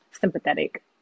sympathetic